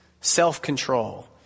self-control